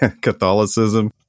Catholicism